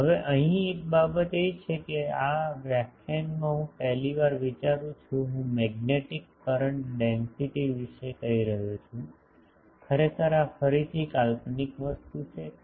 હવે અહીં એક બાબત છે કે આ વ્યાખ્યાનમાં હું પહેલી વાર વિચારું છું હું મેગ્નેટિક કરંટ ડેન્સિટીસ વિશે કહી રહ્યો છું ખરેખર આ ફરીથી કાલ્પનિક વસ્તુ છું